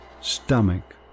stomach